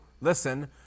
listen